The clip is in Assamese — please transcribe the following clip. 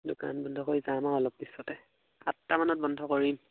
দোকান বন্ধ কৰি যাম আৰু অলপ পিছতে আঠটামানত বন্ধ কৰিম